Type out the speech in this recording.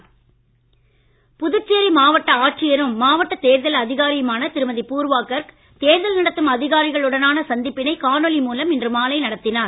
பூர்வாகர்க் புதுச்சேரி மாவட்ட ஆட்சியரும் மாவட்ட தேர்தல் அதிகாரியுமான திருமதி பூர்வா கர்க் தேர்தல் நடத்தும் அதிகாரிகளுடனான சந்திப்பினை காணொலி மூலம் இன்று மாலை நடத்தினார்